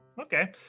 Okay